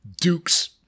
dukes